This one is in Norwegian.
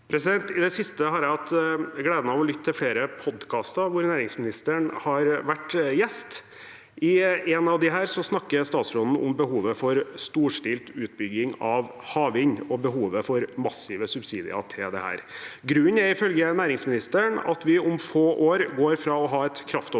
I det siste har jeg hatt gleden av å lytte til flere podkaster hvor næringsministeren har vært gjest. I en av disse snakker statsråden om behovet for storstilt utbygging av havvind og behovet for massive subsidier til det. Grunnen er ifølge næringsministeren at vi om få år går fra å ha et kraftoverskudd